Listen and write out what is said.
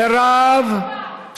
מירב,